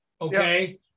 okay